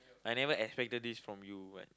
I never expected this from you like